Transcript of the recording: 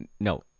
no